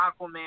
Aquaman